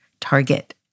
Target